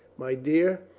my dear,